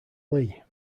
lee